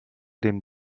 dem